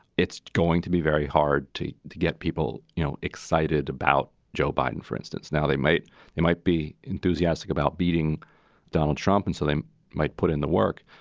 it's going to be very hard to to get people you know excited about joe biden, for instance. now, they might they might be enthusiastic about beating donald trump, and so they might put in the work.